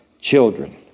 children